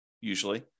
usually